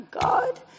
god